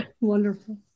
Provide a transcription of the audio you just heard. Wonderful